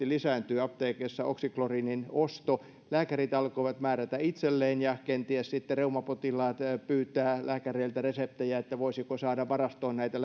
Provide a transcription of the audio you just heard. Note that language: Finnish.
lisääntyi apteekeissa oxiklorinin osto lääkärit alkoivat määrätä itselleen ja kenties sitten reumapotilaat pyytää lääkäreiltä reseptejä että voisiko saada varastoon näitä